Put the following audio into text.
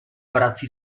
vrací